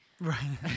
Right